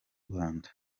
rwanda